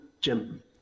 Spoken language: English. Jim